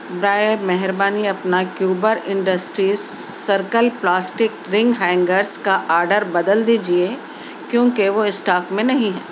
برائے مہربانی اپنا کیوبر انڈسٹریز سرکل پلاسٹک رنگ ہینگرس کا آرڈر بدل دیجیے کیوں کہ وہ اسٹاک میں نہیں ہے